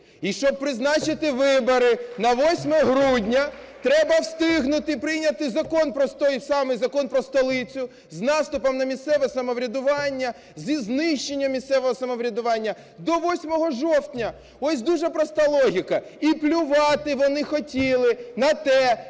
І щоб призначити вибори на 8 грудня, треба встигнути прийняти закон, той самий Закон про столицю, з наступом на місцеве самоврядування, зі знищенням місцевого самоврядування до 8 жовтня. Ось дуже проста логіка. І плювати вони хотіли на те,